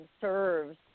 serves